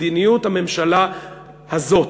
מדיניות הממשלה הזאת,